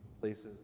places